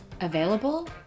available